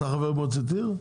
אתה חבר מועצת עיר?